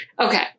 Okay